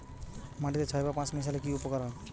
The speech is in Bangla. মাটিতে ছাই বা পাঁশ মিশালে কি উপকার হয়?